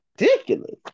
ridiculous